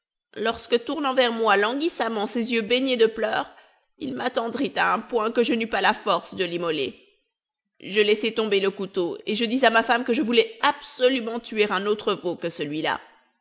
lorsque tournant vers moi languissamment ses yeux baignés de pleurs il m'attendrit à un point que je n'eus pas la force de l'immoler je laissai tomber le couteau et je dis à ma femme que je voulais absolument tuer un autre veau que celui-là